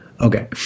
Okay